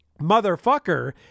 Motherfucker